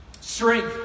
Strength